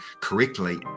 correctly